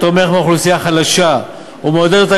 התומך באוכלוסייה חלשה ומעודד אותה